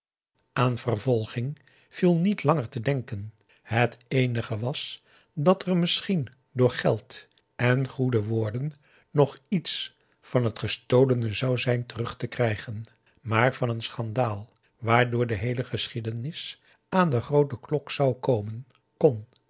aan vervolging viel niet langer te denken het eenige was dat er misschien door geld en goede woorden nog iets van het gestolene zou zijn terug te krijgen maar van een schandaal waardoor de heele geschiedenis aan de groote klok zou komen kon